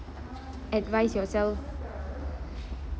advice yourself